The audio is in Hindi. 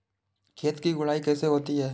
खेत की गुड़ाई कैसे होती हैं?